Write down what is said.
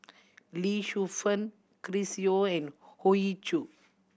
Lee Shu Fen Chris Yeo and Hoey Choo